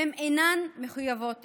והם אינם מחויבים לו.